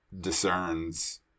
discerns